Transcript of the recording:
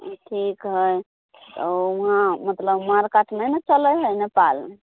ठीक हइ ओ वहाँ मतलब मारिकाट नहि ने चलै हइ नेपालमे